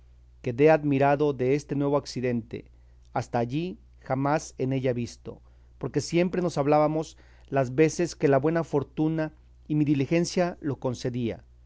que procuraba decirme quedé admirado deste nuevo accidente hasta allí jamás en ella visto porque siempre nos hablábamos las veces que la buena fortuna y mi diligencia lo concedía